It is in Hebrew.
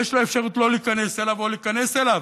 יש לו אפשרות לא להיכנס אליו או להיכנס אליו.